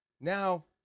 now